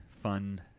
fun